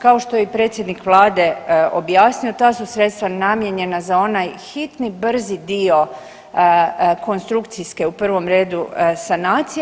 Kao što je i predsjednik vlade objasnio, ta su sredstva namijenjena za onaj hitni brzi dio konstrukcijske u prvom redu sanacije.